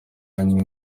anywa